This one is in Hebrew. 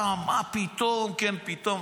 מה פתאום, כן פתאום.